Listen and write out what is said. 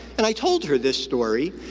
and i told her this story,